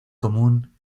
común